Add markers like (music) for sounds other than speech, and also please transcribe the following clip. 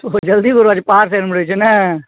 जल्दी (unintelligible) पहाड़ साइडमे रहै छै (unintelligible) ने